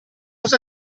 cosa